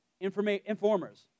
informers